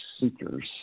seekers